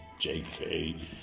JK